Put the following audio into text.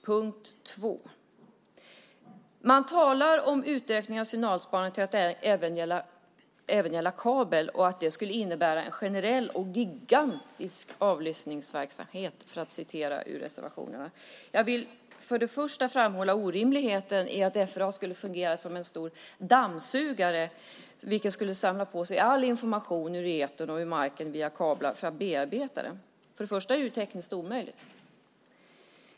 Punkt 2: Man talar om att utökningen av signalspaningen till att även gälla kabel och att det skulle innebära en generell och gigantisk avlyssningsverksamhet, som det står i reservationerna. Jag vill för det första framhålla orimligheten i att FRA skulle fungera som en stor dammsugare vilken skulle samla på sig all information i etern och marken via kablar för att bearbeta den. Det är tekniskt omöjligt.